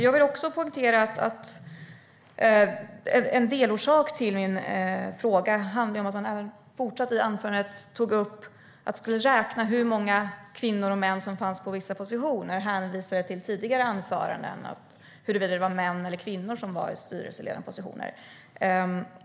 Jag vill också poängtera att en av de saker som föranledde min fråga var att Désirée Pethrus i anförandet tog upp att man skulle räkna hur många kvinnor och män som fanns på vissa positioner och hänvisade till tidigare anföranden om huruvida det var män eller kvinnor som var i styrelseledande positioner.